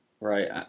right